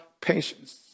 patience